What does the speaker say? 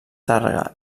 tàrrega